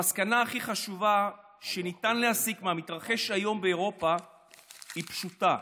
המסקנה הכי חשובה שניתן להסיק מהמתרחש היום באירופה היא פשוטה: